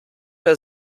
der